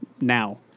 now